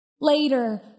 later